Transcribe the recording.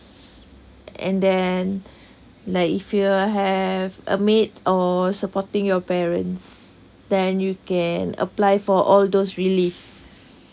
and then like if you have a maid or supporting your parents then you can apply for all those reliefs